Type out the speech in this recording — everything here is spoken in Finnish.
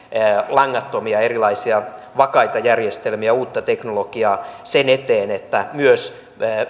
erilaisia vakaita langattomia järjestelmiä uutta teknologiaa sen eteen että myös